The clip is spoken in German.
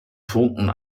punkten